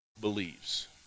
believes